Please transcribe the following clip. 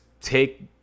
take